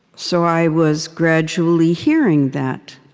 so i was gradually hearing that.